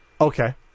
Okay